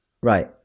right